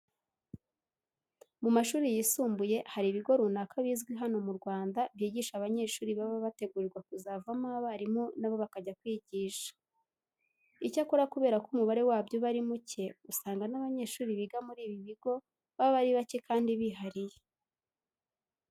Mu mashuri yisumbuye hari ibigo runaka bizwi hano mu Rwanda byigisha abanyeshuri baba bategurirwa kuzavamo abarimu na bo bakajya kwigisha. Icyakora kubera ko umubare wabyo uba ari muke, usanga n'abanyeshuri biga muri ibi bigo baba ari bake kandi bihariye.